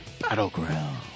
battleground